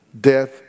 death